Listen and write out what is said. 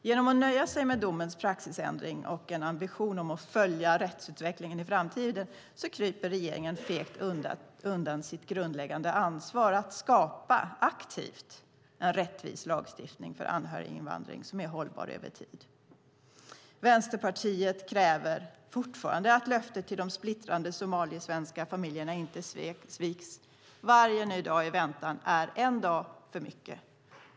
Genom att nöja sig med domens praxisändring och en ambition om att följa rättsutvecklingen i framtiden kryper regeringen fegt undan sitt grundläggande ansvar att aktivt skapa en rättvis lagstiftning för anhöriginvandring som är hållbar över tid. Vänsterpartiet kräver fortfarande att löftet till de splittrade somaliesvenska familjerna inte sviks. Varje ny dag i väntan är en dag för mycket.